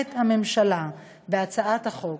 הממשלה תומכת בהצעת החוק,